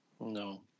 No